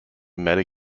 meta